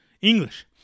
English